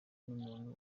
n’umuntu